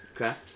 okay